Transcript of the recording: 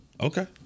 Okay